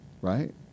right